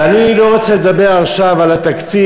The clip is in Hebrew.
ואני לא רוצה לדבר עכשיו על התקציב.